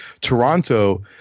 Toronto